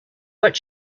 but